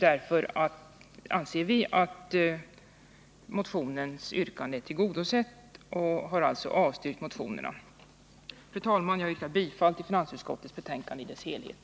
Därför anser vi att motionernas yrkande är tillgodosett, och vi har alltså avstyrkt motionerna. Fru talman! Jag yrkar bifall till finansutskottets hemställan i dess helhet.